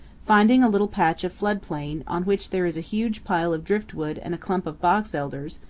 finding a little patch of flood-plain, on which there is a huge pile of driftwood and a clump of box-elders,